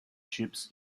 ships